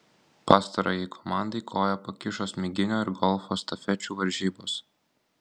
pastarajai komandai koją pakišo smiginio ir golfo estafečių varžybos